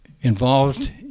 involved